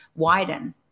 widen